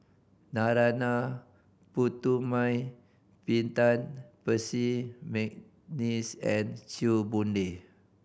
Narana Putumaippittan Percy McNeice and Chew Boon Lay